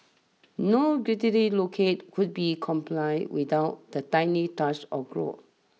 no guiltily locate could be complain without the tiny touch of gore